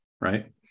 right